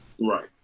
Right